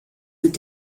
mit